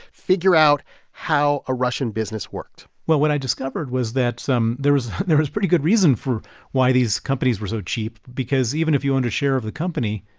figure out how a russian business worked well, what i discovered was that there was there was pretty good reason for why these companies were so cheap because even if you owned a share of the company,